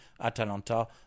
Atalanta